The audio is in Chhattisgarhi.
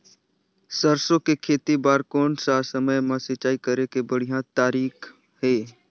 सरसो के खेती बार कोन सा समय मां सिंचाई करे के बढ़िया तारीक हे?